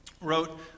wrote